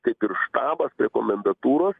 kaip ir štabas prie komendatūros